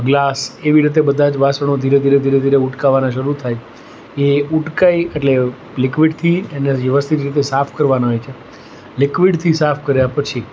glass એવી રીતે બધા જ વાસણો ધીરે ધીરે ધીરે ધીરે ઉટકાવાના થાય એ ઉટકાય એટલે લિક્વિડથી એને વ્યવસ્થિત રીતે સાફ કરવાનાં હોય છે લિક્વિડથી સાફ કર્યાં પછી